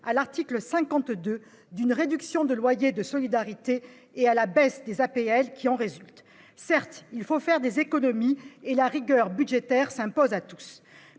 à l'article 52 d'une réduction de loyer de solidarité, la RLS, et à la baisse des APL qui en résulte. Certes, il faut faire des économies et la rigueur budgétaire s'impose à tous,